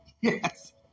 yes